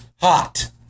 Hot